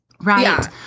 Right